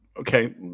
Okay